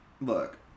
Look